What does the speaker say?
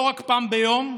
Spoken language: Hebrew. לא רק פעם ביום.